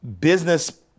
business